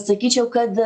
sakyčiau kad